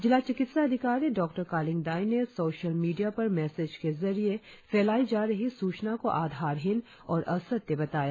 जिला चिकित्सा अधिकारी डॉ कालिंग दाई ने सोशल मीडिया पर मैसेज के जरिए फैलाई जा रही सूचना को आधारहीन और असत्य बताया